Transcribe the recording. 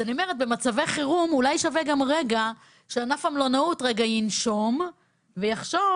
במצבי חרום אולי שווה שענף המלונאות ינשום ויחשוב